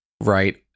right